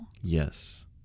Yes